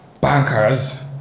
bankers